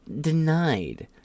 denied